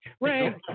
Ray